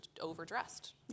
overdressed